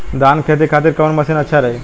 धान के खेती के खातिर कवन मशीन अच्छा रही?